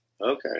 Okay